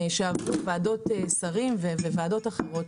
שעברו ועדות שרים וועדות אחרות,